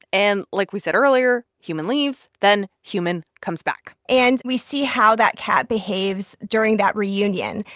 and like we said earlier, human leaves, then human comes back and we see how that cat behaves during that reunion.